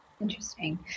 Interesting